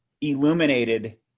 illuminated